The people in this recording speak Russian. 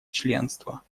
членства